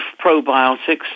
probiotics